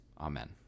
Amen